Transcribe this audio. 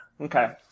Okay